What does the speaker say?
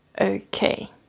Okay